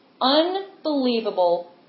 unbelievable